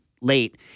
late